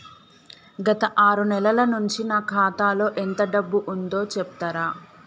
గత ఆరు నెలల నుంచి నా ఖాతా లో ఎంత డబ్బు ఉందో చెప్తరా?